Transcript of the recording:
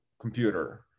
computer